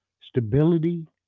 stability